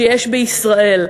שיש בישראל,